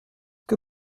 que